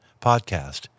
podcast